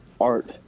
art